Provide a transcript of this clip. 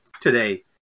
today